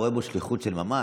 הוא רואה בו שליחות של ממש,